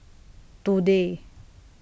today